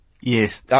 Yes